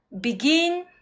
begin